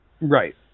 Right